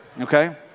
okay